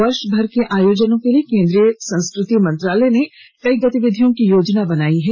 वर्षभर के आयोजनों के लिए केन्द्रीय संस्कृति मंत्रालय ने कई गतिविधियों की योजना बनाई है